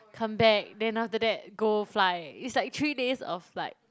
come back then after that go fly is like three days of like